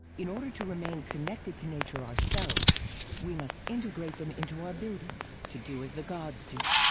in order to remain connected to nature ourselves we must integrate them into our buildings, to do as the gods do.